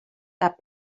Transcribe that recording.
that